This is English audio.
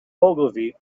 ogilvy